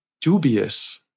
dubious